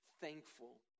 thankful